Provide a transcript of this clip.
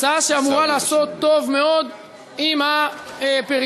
הצעה שאמורה לעשות טוב מאוד עם הפריפריה,